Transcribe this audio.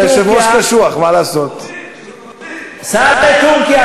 אבל סילבן ביקש